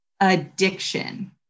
Addiction